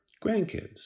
grandkids